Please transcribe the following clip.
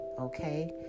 Okay